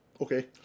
okay